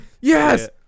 yes